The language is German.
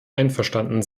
einverstanden